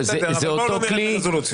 אבל בואו לא נרד לרזולוציות.